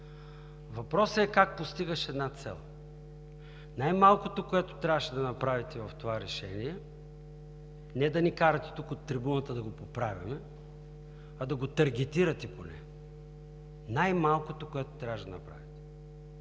Въпросът е как постигаш една цел. Най-малкото, което трябваше да направите в това решение, не е да ни карате тук, от трибуната, да го поправяме, а да го таргетирате поне. Най-малкото, което трябваше да направите!